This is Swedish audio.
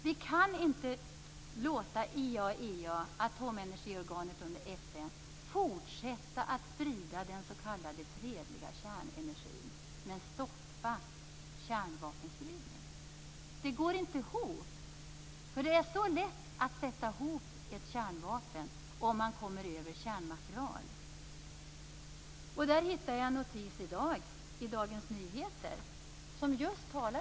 Vi kan inte låta IAEA, atomenergiorganet under FN, fortsätta att sprida den s.k. fredliga kärnenergin men stoppa kärnvapenspridning. Det går inte ihop. Det är så lätt att sätta ihop ett kärnvapen om man kommer över kärnmaterial. Jag hittade en notis i dag i Dagens Nyheter i denna fråga.